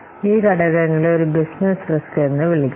അതിനാൽ ഈ ഘടകങ്ങളെ ഒരു ബിസിനസ് റിസ്ക് എന്ന് വിളിക്കും